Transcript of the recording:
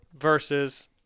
versus